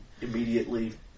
immediately